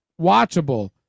watchable